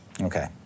Okay